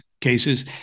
cases